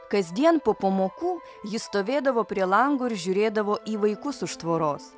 kasdien po pamokų ji stovėdavo prie lango ir žiūrėdavo į vaikus už tvoros